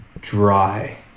Dry